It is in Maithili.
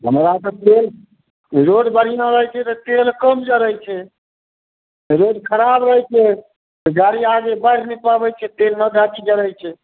हमरा तऽ तेल रोड बढ़िआँ रहैत छै तऽ तेल कम जड़ैत छै रोड खराब रहैत छै तऽ गाड़ी आर बढ़ि नहि पाबैत छै तेल मगाठी जड़ैत छै